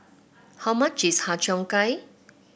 how much is Har Cheong Gai